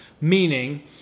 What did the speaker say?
Meaning